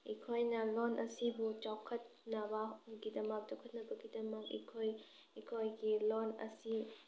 ꯑꯩꯈꯣꯏꯅ ꯂꯣꯟ ꯑꯁꯤꯕꯨ ꯆꯥꯎꯈꯠꯅꯕ ꯒꯤꯗꯃꯛꯇ ꯆꯥꯎꯈꯠꯅꯕꯒꯤꯗꯃꯛ ꯑꯩꯈꯣꯏ ꯑꯩꯈꯣꯏꯒꯤ ꯂꯣꯟ ꯑꯁꯤ